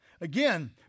again